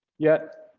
yet,